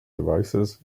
devices